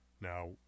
Now